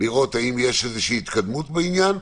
לראות אם יש איזו התקדמות בעניין,